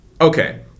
Okay